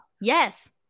yes